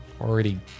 already